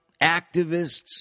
activists